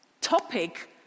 topic